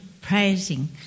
praising